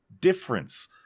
difference